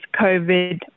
COVID